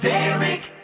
Derek